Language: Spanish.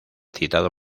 citado